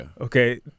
Okay